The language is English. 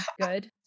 good